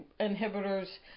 inhibitors